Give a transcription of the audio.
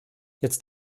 jetzt